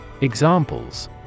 Examples